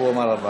הוא אמר,